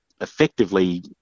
effectively